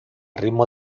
ritmo